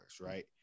right